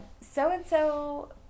so-and-so